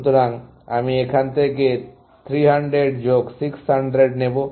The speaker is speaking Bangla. সুতরাং আমি এখান থেকে 300 যোগ 600 নেবো